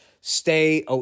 Stay